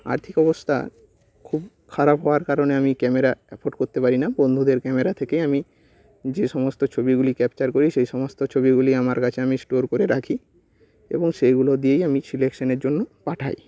আর্থিক অবস্থা খুব খারাপ হওয়ার কারণে আমি ক্যামেরা অ্যাফর্ড করতে পারি না বন্ধুদের ক্যামেরা থেকে আমি যে সমস্ত ছবিগুলি ক্যাপচার করি সেই সমস্ত ছবিগুলি আমার কাছে আমি স্টোর করে রাখি এবং সেইগুলো দিয়েই আমি সিলেকশনের জন্য পাঠাই